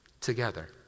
together